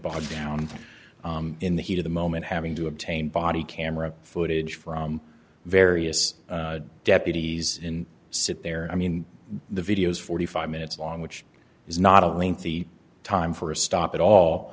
bogged down in the heat of the moment having to obtain body camera footage from various deputies in sit there i mean the video's forty five minutes long which is not only the time for a stop at all